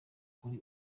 kuri